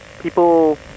People